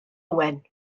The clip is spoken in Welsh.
owen